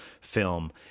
film